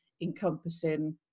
encompassing